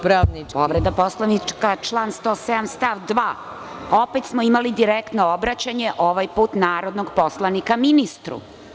Povreda Poslovnika član 107. stav 2. Opet smo imali direktno obraćanje, ovaj put narodnog poslanika ministru.